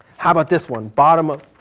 how about this one? bottom of